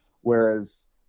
Whereas